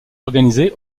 organisé